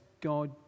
God